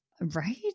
right